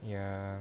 ya